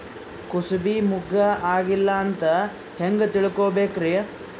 ಕೂಸಬಿ ಮುಗ್ಗ ಆಗಿಲ್ಲಾ ಅಂತ ಹೆಂಗ್ ತಿಳಕೋಬೇಕ್ರಿ?